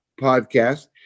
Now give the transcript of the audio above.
podcast